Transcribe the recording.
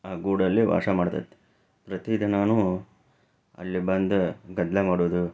ಆ ಗೂಡಲ್ಲಿ ವಾಸ ಮಾಡತೈತಿ ಪ್ರತಿ ದಿನಾನೂ ಅಲ್ಲಿ ಬಂದು ಗದ್ದಲ ಮಾಡೋದು